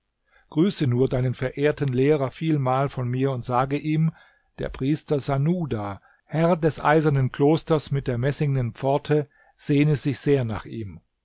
grüße nur deinen verehrten lehrer vielmal von mir und sage ihm der priester sanuda herr des eisernen klosters mit der messingnen pforte sehne sich sehr nach ihm